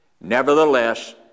Nevertheless